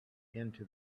into